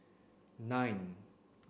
nine